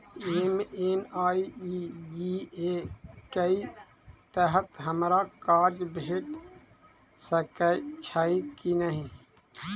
MNREGA कऽ तहत हमरा काज भेट सकय छई की नहि?